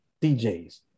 DJs